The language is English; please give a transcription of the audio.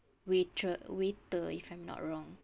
waitress waiter if I'm not wrong